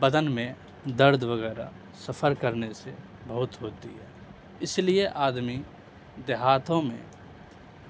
بدن میں درد وغیرہ سفر کرنے سے بہت ہوتی ہے اس لیے آدمی دیہاتوں میں